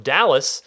Dallas